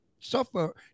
Suffer